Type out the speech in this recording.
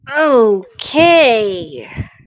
Okay